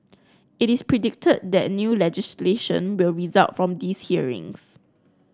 it is predicted that new legislation will result from these hearings